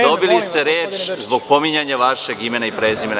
Dobili ste reč zbog pominjanja vašeg imena i prezimena.